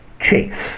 Chase